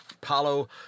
Paulo